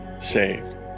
saved